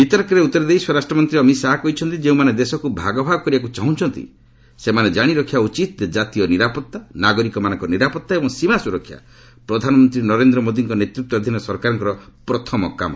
ବିତର୍କରେ ଉତ୍ତର ଦେଇ ସ୍ୱରାଷ୍ଟ୍ର ମନ୍ତ୍ରୀ ଅମିତ୍ ଶାହା କହିଛନ୍ତି ଯେଉଁମାନେ ଦେଶକ୍ତ ଭାଗ ଭାଗ କରିବାକୁ ଚାହୁଁଛନ୍ତି ସେମାନେ କାଣି ରଖିବା ଉଚିତ କାତୀୟ ନିରାପତ୍ତା ନାଗରିକମାନଙ୍କ ନିରାପତ୍ତା ଏବଂ ସୀମା ସ୍ୱରକ୍ଷା ପ୍ରଧାନମନ୍ତ୍ରୀ ନରେନ୍ଦ୍ର ମୋଦିଙ୍କ ନେତୃତ୍ୱାଧୀନ ସରକାରଙ୍କର ପ୍ରଥମ କାମ